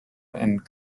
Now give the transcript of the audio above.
and